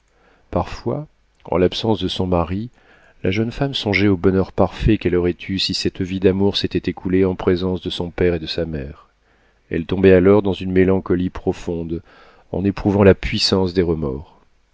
parfois en l'absence de son mari la jeune femme songeait au bonheur parfait qu'elle aurait eu si cette vie d'amour s'était écoulée en présence de son père et de sa mère elle tombait alors dans une mélancolie profonde en éprouvant la puissance des remords